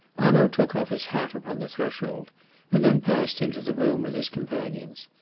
hanaud took off his hat upon the threshold and then passed into the room with his companions.